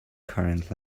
current